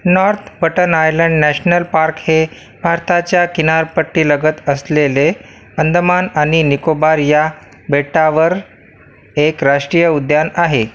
north Button Island National Park हे भारताच्या किनारपट्टीलगत असलेले अंदमान आणि निकोबार या बेटांवरील एक राष्ट्रीय उद्यान आहे